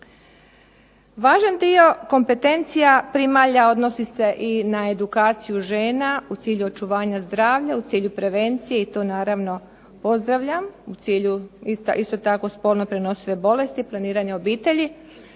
Važan dio kompetencija primalja odnosi se i na edukaciju žena u cilju očuvanja zdravlja, u cilju prevencije, i to naravno pozdravljam u cilju isto tako spolno prenosive bolesti, planiranja obitelji,